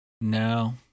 No